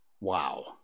Wow